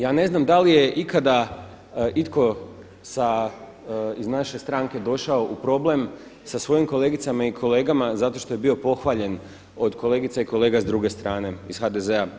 Ja ne znam da li je ikada itko iz naše stranke došao u problem sa svojim kolegicama i kolegama zato što je bio pohvaljen od kolegica i kolega s druge strane iz HDZ-a.